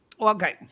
okay